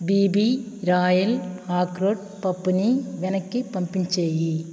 BB royal ఆక్రోట్ పప్పుని వెనక్కి పంపించేయి